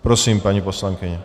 Prosím, paní poslankyně.